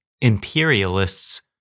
imperialists